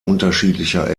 unterschiedlicher